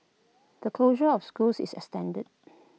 the closure of schools is extended